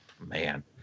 Man